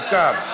מותר.